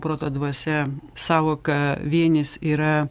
proto dvasia sąvoka vienis yra